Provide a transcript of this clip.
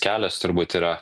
kelios turbūt yra